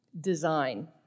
design